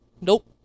Nope